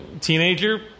teenager